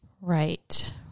Right